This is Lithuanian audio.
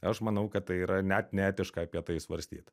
aš manau kad tai yra net neetiška apie tai svarstyt